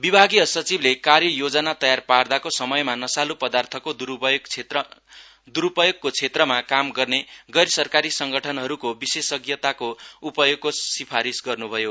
विभागीय सचिवले कार्य योजना तयार पार्दाको समयमा नशाल् पदार्थको द्रूपयोगको क्षेत्रमा काम गर्ने गैर सरकारी संगठनहरूको विशेषज्ञताको उपयोगको सिफारीश गर्न्भयो